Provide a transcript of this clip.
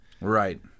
Right